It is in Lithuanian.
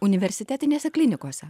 universitetinėse klinikose